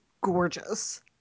gorgeous